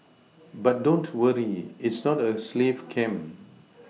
but don't worry its not a slave camp